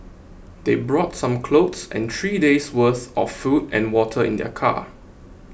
they brought some clothes and three days worth of food and water in their car